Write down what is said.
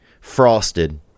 Frosted